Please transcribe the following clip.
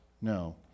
No